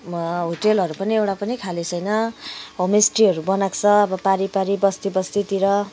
होटेलहरू पनि एउटा पनि खालि छैन होमस्टेहरू बनाएको छ अब पारी पारी बस्ती बस्तीतिर